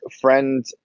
friend